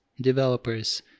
developers